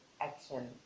action